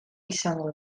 izango